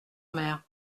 mer